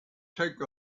take